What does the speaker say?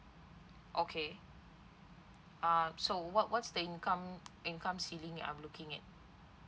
okay uh so what what's the income income ceiling I'm looking at